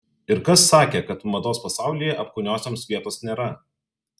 ir kas sakė kad mados pasaulyje apkūniosioms vietos nėra